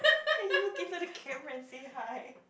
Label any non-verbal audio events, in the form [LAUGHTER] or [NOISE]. [LAUGHS] can he look inside the camera and say hi